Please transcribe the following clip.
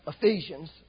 Ephesians